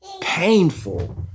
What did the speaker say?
painful